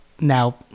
Now